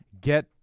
Get